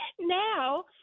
now